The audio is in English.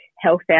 health